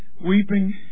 weeping